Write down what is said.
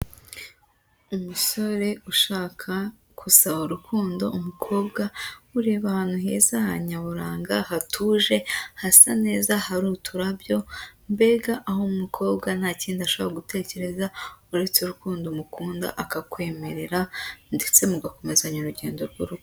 Umusore ushaka gusaba urukundo umukobwa, ureba ahantu heza ha nyaburanga hatuje, hasa neza, hari uturabyo, mbega aho umukobwa nta kindi ashobora gutekereza, uretse urukundo umukunda akakwemerera ndetse mugakomezanya urugendo rw'urugo.